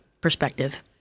perspective